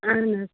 اَہَن حظ